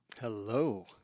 Hello